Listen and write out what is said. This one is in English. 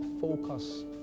focus